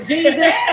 Jesus